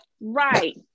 right